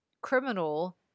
Criminal